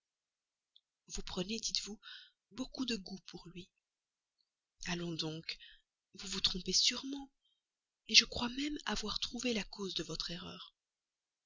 vous prenez dites-vous beaucoup de goût pour lui allons donc vous vous trompez sûrement je crois même avoir trouvé la cause de votre erreur